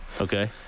Okay